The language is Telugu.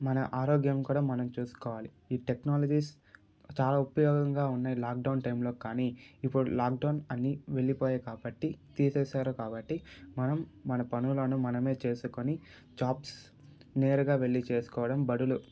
మన ఆరోగ్యం కూడా మనం చూసుకోవాలి ఈ టెక్నాలజీస్ చాలా ఉపయోగకరంగా ఉన్నాయి లాక్డౌన్ టైంలోకానీ ఇప్పుడు లాక్డౌన్ అని వెళ్ళి పోయాయి కాబట్టి తీసేశారు కాబట్టి మనం మన పనులను మనమే చేసుకొని జాబ్స్ నేరుగా వెళ్ళిచేసుకోవడం బళ్ళు